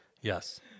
Yes